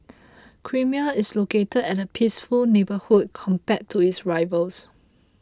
creamier is located at a peaceful neighbourhood compared to its rivals